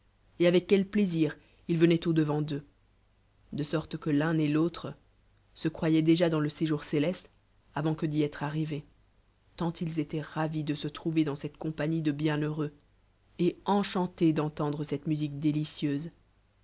et avec quel plaisir ils venaient au-devant d'enx de sorte que l'un et l'autre se croyaient déjà dans le séjour céleste avant que d'y être arrivés tant ils étoient ra ois de se trouver dans cette compagnie de bienheureux et euchantés d'entendre cette musique délicieuse